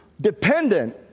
dependent